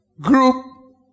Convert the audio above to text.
group